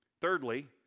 Thirdly